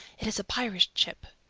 it is a pirate ship!